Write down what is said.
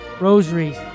rosaries